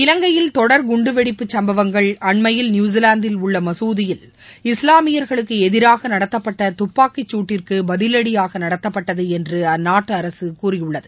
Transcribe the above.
இலங்கையில் தொடர் குண்டுவெடிப்பு சம்பவங்கள் அண்மையில் நியுசிலாந்தில் உள்ள மகுதியில் இஸ்லாமியர்களுக்கு எதிராக நடத்தப்பட்ட துப்பாக்கிச்சுட்டிற்கு பதிவடியாக நடத்தப்பட்டது என்று அந்நாட்டு அரசு கூறியுள்ளது